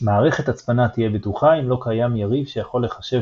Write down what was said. מערכת הצפנה תהיה בטוחה אם לא קיים יריב שיכול לחשב